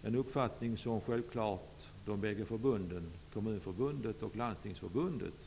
Det är en uppfattning som de bägge förbunden, Kommunförbundet och Landstingsförbundet, självklart